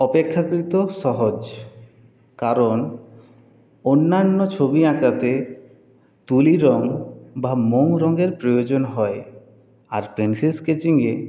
অপেক্ষাকৃত সহজ কারণ অন্যান্য ছবি আঁকাতে তুলি রং বা মোম রঙের প্রয়োজন হয় আর পেন্সিল স্কেচিংয়ে